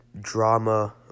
drama